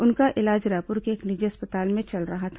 उनका इलाज रायपुर के एक निजी अस्पताल में चल रहा था